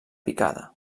picada